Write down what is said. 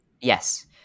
Yes